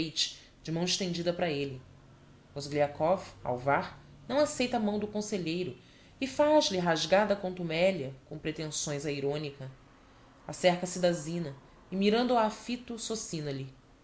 matveich de mão estendida para elle mozgliakov alvar não acceita a mão do conselheiro e faz-lhe rasgada contumélia com pretenções a ironica acerca se da zina e mirando a a fito socina lhe